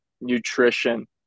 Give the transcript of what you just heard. nutrition